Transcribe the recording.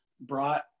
brought